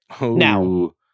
Now